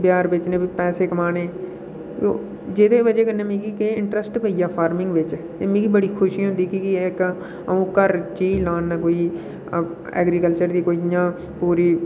बजार बेचने ते पैसे कमाने ते जेह्दी बजह कन्नै केह् मिगी इंटरस्ट पेइया फार्मिंग बिच ते मिगी बड़ी खुशी होंदी कीि एह् कम्म अं'ऊ घर चीज़ लाना कोई अं'ऊ एग्रीकल्चर दी इं'या पूरी